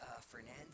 Fernandez